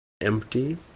empty